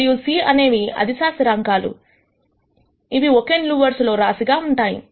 మరియు c అనేవి అదిశా స్థిరాంకాలు ఇవి ఒకే నిలువు వరుసలో రాశి గా ఉన్నాయి